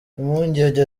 impungenge